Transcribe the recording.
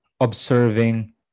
observing